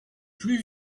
plus